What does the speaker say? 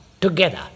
together